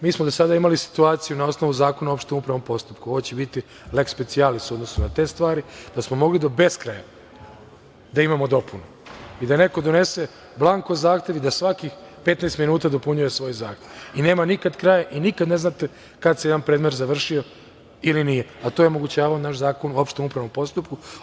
Mi smo do sada imali situaciju na osnovu Zakona o opštem upravnom postupku, ovo će biti leks specijalis u odnosu na te stvari, da smo mogli do beskraja da imamo dopunu i da neko donese blanko zahtev i da svakih 15 minuta dopunjuje svoj zahtev i nema nikad kraja i nikada ne znate kad se jedan predmet završio ili nije, a to je omogućavao naš Zakon o opštem upravnom postupku.